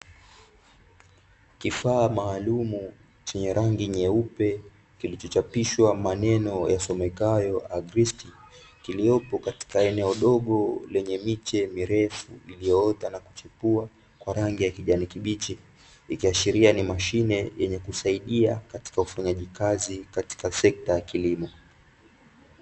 Kifaa maalamu chenye rangi nyeupe, kilicho chapishwa maneno yasomekayo 'Agristi', kiliopo katika eneo dogo lenye miche mirefu iliyoota na kuchipua kwa rangi ya kijani kibichi. Likiashiria ni mashine yenye kusaidia katika ufanyaji kazi katika sekta ya kilimo.